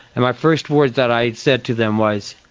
and my first words that i said to them was,